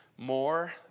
More